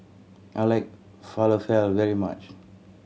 I like Falafel very much